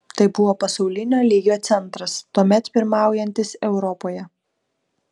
tai buvo pasaulinio lygio centras tuomet pirmaujantis europoje